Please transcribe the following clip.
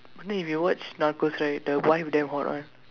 one day if you watch Narcos right the wife damn hot one